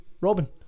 Robin